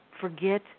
forget